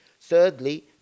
Thirdly